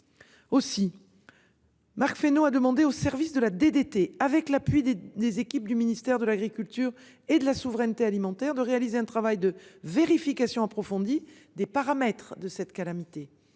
Aussi. Marc Fesneau a demandé au service de la DDT avec l'appui des des équipes du ministère de l'Agriculture et de la souveraineté alimentaire de réaliser un travail de vérification approfondie des paramètres de cette calamité.